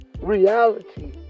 Reality